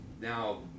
now